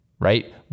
right